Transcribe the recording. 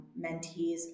mentees